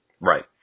right